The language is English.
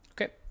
Okay